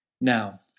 Now